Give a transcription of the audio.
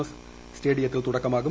S സ്റ്റേഡിയത്തിൽ തുടക്കമാകും